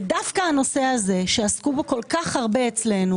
ודווקא הנושא הזה, שעסקו בו כל כך הרבה אצלנו